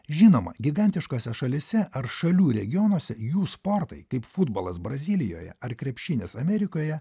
žinoma gigantiškose šalyse ar šalių regionuose jų sportai kaip futbolas brazilijoje ar krepšinis amerikoje